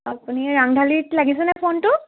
আপুনি ৰাংঢালীত লাগিছেনে ফোনটো